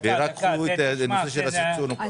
רק לקחו את הסוציו אקונומי.